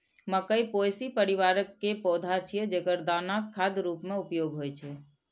मकइ पोएसी परिवार के पौधा छियै, जेकर दानाक खाद्य रूप मे उपयोग होइ छै